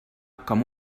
com